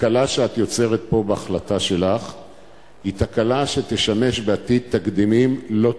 התקלה שאת יוצרת פה בהחלטה שלך היא תקלה שתשמש בעתיד תקדימים לא טובים.